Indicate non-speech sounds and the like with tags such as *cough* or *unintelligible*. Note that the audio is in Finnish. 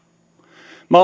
minä *unintelligible*